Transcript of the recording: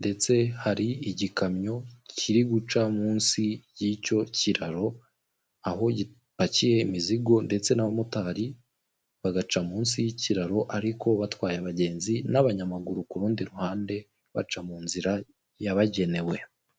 ndetse hari igikamyo kiri guca munsi y'icyo kiraro, aho gipakiye imizigo ndetse n'abamotari bagaca munsi y'kiraro ariko batwaye abagenzi n'abanyamaguru, ku rundi ruhande baca mu nzira yabagenewe.